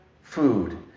food